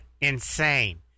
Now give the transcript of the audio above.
insane